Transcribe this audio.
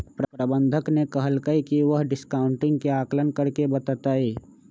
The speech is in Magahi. प्रबंधक ने कहल कई की वह डिस्काउंटिंग के आंकलन करके बतय तय